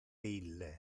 ille